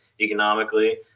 economically